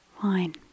fine